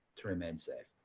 to remain safe.